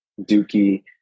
Dookie